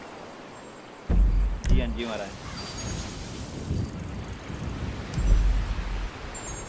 जी अंजी म्हाराज